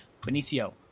Benicio